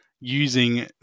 using